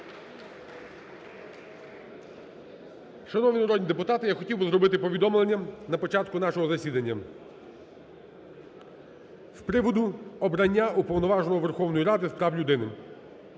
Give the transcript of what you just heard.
Шановні народні депутати, я хотів би зробити повідомлення на початку нашого засідання з приводу обрання Уповноваженого Верховної Ради з прав людини.